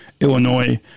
Illinois